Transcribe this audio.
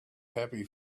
happy